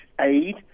aid